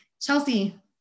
Chelsea